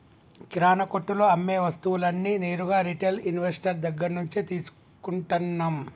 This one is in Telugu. కిరణా కొట్టులో అమ్మే వస్తువులన్నీ నేరుగా రిటైల్ ఇన్వెస్టర్ దగ్గర్నుంచే తీసుకుంటన్నం